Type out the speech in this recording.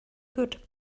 good